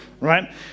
right